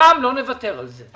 הפעם לא נוותר על זה.